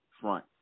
front